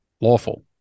lawful